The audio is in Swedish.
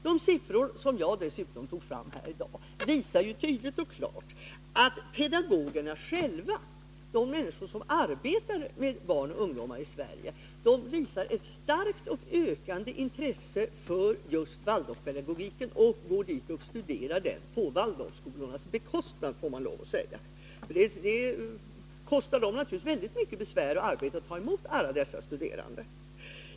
De siffror som jag tog fram här i dag visar ju dessutom tydligt och klart att pedagogerna själva, de människor som arbetar med barn och ungdomar i Sverige, visar ett starkt och ökande intresse för just Waldorfpedagogiken. De går och studerar denna på Waldorfskolornas bekostnad, får man lov att säga. Det kostar skolorna naturligtvis väldigt mycket besvär och arbete att ta emot alla dessa studerande.